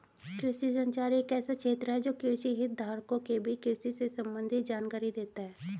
कृषि संचार एक ऐसा क्षेत्र है जो कृषि हितधारकों के बीच कृषि से संबंधित जानकारी देता है